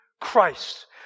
Christ